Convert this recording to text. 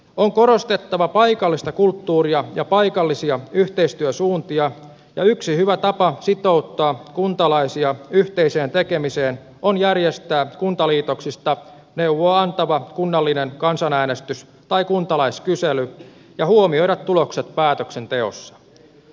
on korostettava paikallista kulttuuria ja paikallisia yhteistyösuuntia ja yksi hyvä tapa sitouttaa kuntalaisia yhteiseen tekemiseen on järjestää kuntaliitoksista neuvoa antava kunnallinen kansanäänestys tai kuntalaiskysely ja huomioida tulokset päätöksenteossa